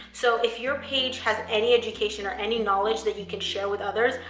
so if your page has any education or any knowledge that you can share with others,